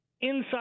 inside